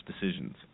decisions